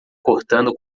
cortando